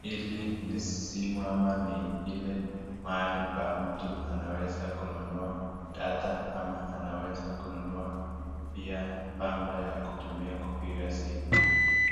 Hili ni simu ama mahali pa mtu anaweza kununua data ama anaweza kununua pia pampa ya kutumia kupika simu,